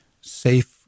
safe